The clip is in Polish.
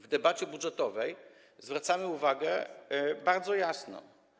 W debacie budżetowej zwracamy na to uwagę bardzo jasno.